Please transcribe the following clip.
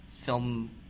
film